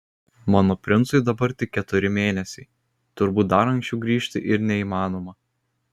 mano princui dabar tik keturi mėnesiai turbūt dar anksčiau grįžti ir neįmanoma